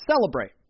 celebrate